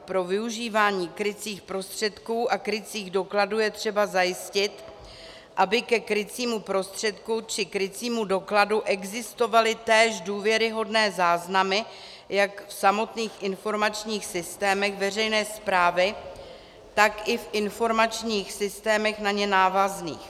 Pro využívání krycích prostředků a krycích dokladů je třeba zajistit, aby ke krycímu prostředku či krycímu dokladu existovaly též důvěryhodné záznamy jak v samotných informačních systémech veřejné správy, tak i v informačních systémech na nich návazných.